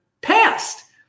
past